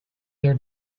their